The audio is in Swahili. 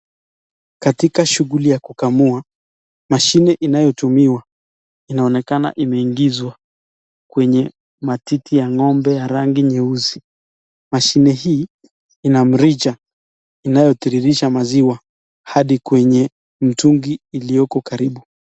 katika shughuli ya kukamua, mashine inayo tumiwa inaonekana imeingizwa kwenye matiti ya ngombe ya rangi nyeusi, mashine hii inamrija inayotiririsha maziwa hadi kwenye mtungi ilioko karibu.